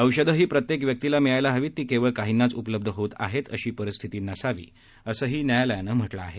औषधं ही प्रत्येक व्यक्तीला मिळायला हवीत ती केवळ काहींनाच उपलब्ध होत आहेत अशी परिस्थिती नसावी असंही न्यायालयानं म्हटलं आहे